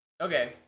Okay